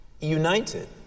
united